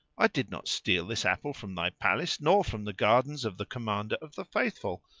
i did not steal this apple from thy palace nor from the gardens of the commander of the faithful.